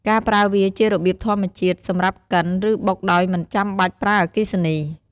ការប្រើវាជារបៀបធម្មជាតិសម្រាប់កិន ឬបុកដោយមិនចាំបាច់ប្រើអគ្គិសនី។